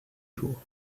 jour